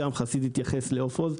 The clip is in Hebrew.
גם חסיד התייחס לעוף עוז.